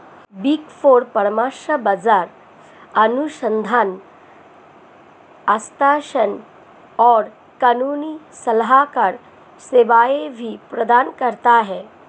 big four परामर्श, बाजार अनुसंधान, आश्वासन और कानूनी सलाहकार सेवाएं भी प्रदान करता है